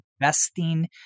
investing